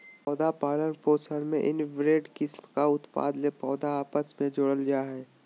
पौधा पालन पोषण में इनब्रेड किस्म का उत्पादन ले पौधा आपस मे जोड़ल जा हइ